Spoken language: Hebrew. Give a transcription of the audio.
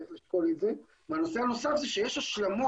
צריך לשקול את זה, והנושא הנוסף זה שיש השלמות